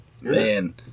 Man